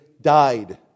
died